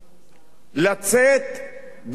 לצאת באמצע